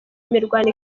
imirwano